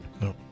No